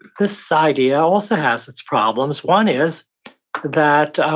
this idea also has its problems. one is that,